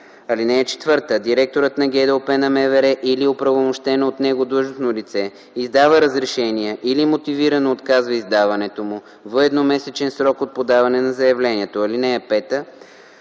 (4) Директорът на ГДОП на МВР или оправомощено от него длъжностно лице издава разрешение или мотивирано отказва издаването му в едномесечен срок от подаване на заявлението. (5)